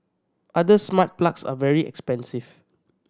other smart plugs are very expensive